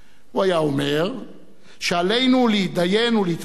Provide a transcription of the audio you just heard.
הוא היה אומר שעלינו להתדיין ולהתווכח